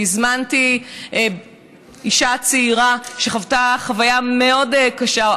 והזמנתי אישה צעירה שחוותה חוויה מאוד קשה,